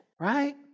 right